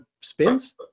spins